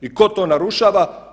I tko to narušava?